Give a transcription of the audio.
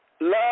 Love